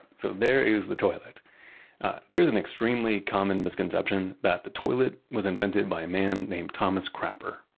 so there is the toilet there's an extremely common misconception that the toilet was invented by a man named thomas crapper.